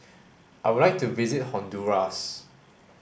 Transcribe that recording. I would like to visit Honduras